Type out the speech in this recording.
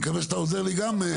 אני מקווה שאתה עוזר לי גם,